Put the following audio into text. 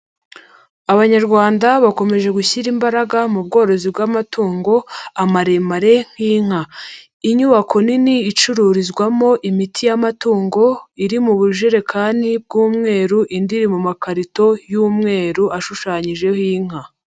Abanyarwanda bakomeje gushyira imbaraga mu bworozi bw'amatungo, amaremare nk'inka. Inyubako nini, icururizwamo imiti y'amatungo, iri mu bujerekani bw'umweru, indi iri mu makarito y'umweru, ashushanyijeho inka.